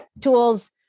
tools